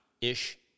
ish